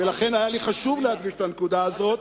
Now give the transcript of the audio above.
ולכן היה לי חשוב להדגיש את הנקודה הזאת,